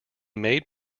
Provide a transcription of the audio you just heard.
made